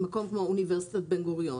מקום כמו אוניברסיטת בן גוריון,